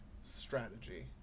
strategy